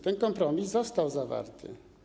Ten kompromis został zawarty.